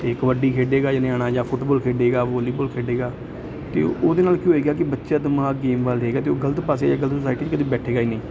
ਅਤੇ ਕਬੱਡੀ ਖੇਡੇਗਾ ਜੇ ਨਿਆਣਾ ਜਾਂ ਫੁੱਟਬਾਲ ਖੇਡੇਗਾ ਵੋਲੀਬੋਲ ਖੇਡੇਗਾ ਅਤੇ ਉਹਦੇ ਨਾਲ ਕੀ ਹੋਏਗਾ ਕਿ ਬੱਚਾ ਦਾ ਦਿਮਾਗ ਗੇਮ ਵੱਲ ਰਹੇਗਾ ਅਤੇ ਉਹ ਗਲਤ ਪਾਸੇ ਜਾਂ ਗਲਤ ਸੁਸਾਈਟੀ 'ਚ ਕਦੇ ਬੈਠੇਗਾ ਹੀ ਨਹੀਂ